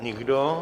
Nikdo.